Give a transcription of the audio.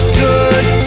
good